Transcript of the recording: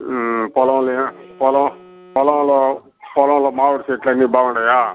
పొలం పొలం పొలంలో పొలంలో మామిడి చెట్లు అని బాగున్నాయా